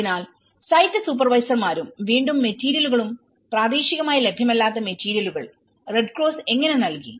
അതിനാൽ സൈറ്റ് സൂപ്പർവൈസർമാരും വീണ്ടും മെറ്റീരിയലുകളും പ്രാദേശികമായി ലഭ്യമല്ലാത്ത മെറ്റീരിയലുകൾ റെഡ് ക്രോസ് എങ്ങനെ നൽകി